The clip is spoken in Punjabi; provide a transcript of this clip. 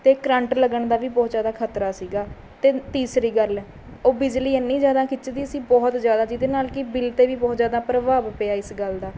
ਅਤੇ ਕਰੰਟ ਲੱਗਣ ਦਾ ਵੀ ਬਹੁਤ ਜ਼ਿਆਦਾ ਖ਼ਤਰਾ ਸੀਗਾ ਅਤੇ ਤੀਸਰੀ ਗੱਲ ਉਹ ਬਿਜਲੀ ਇੰਨੀ ਜ਼ਿਆਦਾ ਖਿੱਚਦੀ ਸੀ ਬਹੁਤ ਜ਼ਿਆਦਾ ਜਿਹਦੇ ਨਾਲ਼ ਕਿ ਬਿੱਲ 'ਤੇ ਵੀ ਬਹੁਤ ਜ਼ਿਆਦਾ ਪ੍ਰਭਾਵ ਪਿਆ ਇਸ ਗੱਲ ਦਾ